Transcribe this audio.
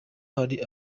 hari